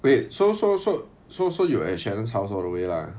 wait so so so so so you were at shannon's house all the way lah